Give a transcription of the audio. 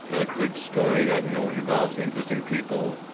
a good story that you know involves interesting people,